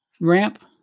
ramp